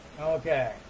Okay